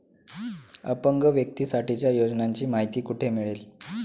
अपंग व्यक्तीसाठीच्या योजनांची माहिती कुठे मिळेल?